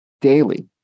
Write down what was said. Daily